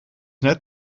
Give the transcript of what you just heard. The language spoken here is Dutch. net